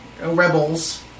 rebels